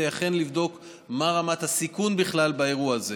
אכן לבדוק מה רמת הסיכון בכלל באירוע הזה.